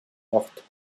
heurtent